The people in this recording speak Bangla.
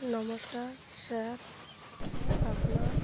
নমস্কার স্যার আপনার